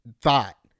thought